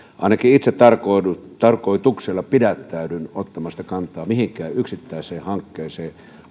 ainakin itse tarkoituksella tarkoituksella pidättäydyn ottamasta kantaa mihinkään yksittäiseen hankkeeseen